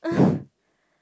uh